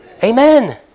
Amen